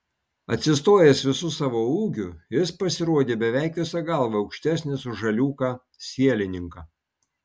atsistojęs visu savo ūgiu jis pasirodė beveik visa galva aukštesnis už žaliūką sielininką